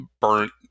burnt